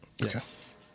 Yes